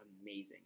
amazing